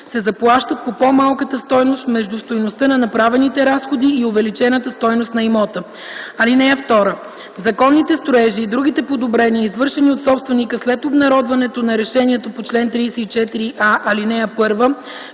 се заплащат по по-малката стойност между стойността на направените разходи и увеличената стойност на имота. (2) Законните строежи и другите подобрения, извършени от собственика след обнародването на решението по чл. 34а, ал. 1,